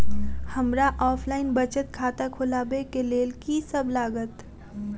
हमरा ऑफलाइन बचत खाता खोलाबै केँ लेल की सब लागत?